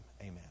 Amen